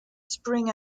spring